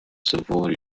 sowohl